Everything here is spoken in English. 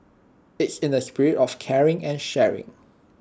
it's in the spirit of caring and sharing